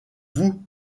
vous